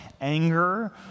anger